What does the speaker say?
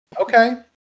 Okay